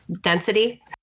density